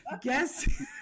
Guess